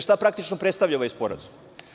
Šta praktično predstavlja ovaj sporazum?